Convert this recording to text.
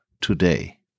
today